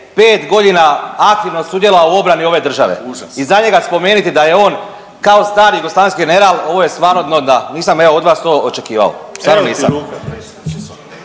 pet godina aktivno sudjelovao u obrani ove države i za njega spomenuti da je on kao stari jugoslavenski general, ovo je stvarno dno dna. Nisam evo od vas to očekivao. Stvarno nisam.